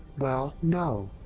well, no.